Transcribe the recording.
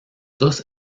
dos